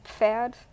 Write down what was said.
Pferd